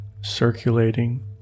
circulating